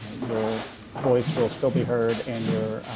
your voice will still be heard and your